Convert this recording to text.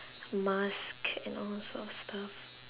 mask and all sort of stuff